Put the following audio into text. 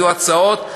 היו הצעות,